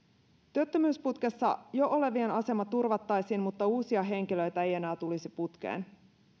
työttömyysputkessa jo olevien asema turvattaisiin mutta uusia henkilöitä ei enää tulisi putkeen